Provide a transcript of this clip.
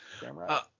Camera